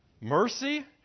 Mercy